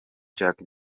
jack